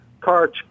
cards